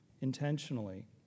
intentionally